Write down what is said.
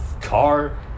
car